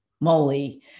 moly